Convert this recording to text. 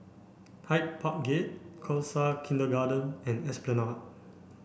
Hyde Park Gate Khalsa Kindergarten and Esplanade